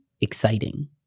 exciting